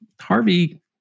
Harvey